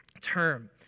term